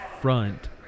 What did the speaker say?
Front